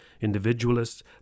Individualists